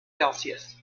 celsius